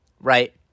right